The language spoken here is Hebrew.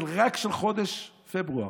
רק של חודש פברואר,